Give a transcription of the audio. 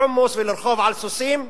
וחומוס ולרכוב על סוסים,